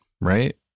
Right